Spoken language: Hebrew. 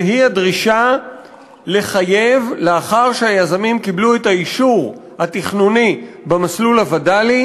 והיא הדרישה שלאחר שהיזמים קיבלו את האישור התכנוני במסלול הווד"לי,